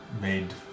made